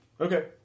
Okay